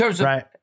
Right